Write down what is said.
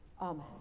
Amen